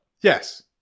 Yes